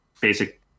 basic